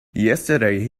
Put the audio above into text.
yesterday